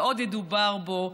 ועוד ידובר בו,